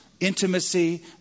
intimacy